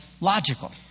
logical